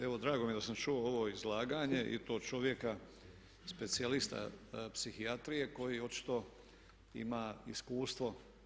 Evo drago mi je da sam čuo ovo izlaganje i to čovjeka specijalista psihijatrije koji očito ima iskustvo.